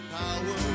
power